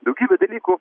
daugybė dalykų